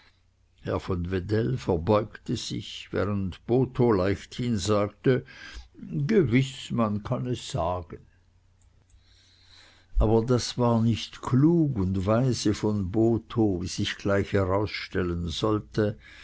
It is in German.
herr von wedell verbeugte sich während botho leichthin sagte gewiß man kann es sagen aber das war nicht klug und weise von botho wie sich gleich herausstellen sollte